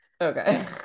okay